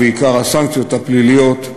ובעיקר הסנקציות הפליליות,